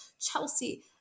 Chelsea